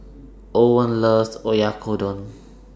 Owen loves Oyakodon